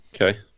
okay